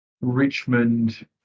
Richmond